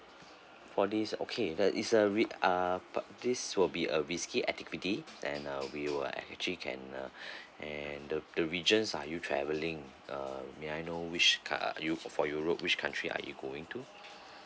for this okay that is a risk~ uh but this will be a risky activity then uh we will actually can uh and the the regions are you travelling uh may I know which coun~ you for for europe which country are you going to